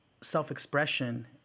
self-expression